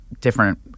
different